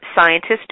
scientist